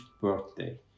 birthday